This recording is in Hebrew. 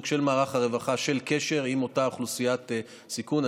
של מערך הרווחה בקשר עם אותה אוכלוסיית סיכון.